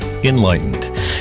Enlightened